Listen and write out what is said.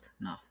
no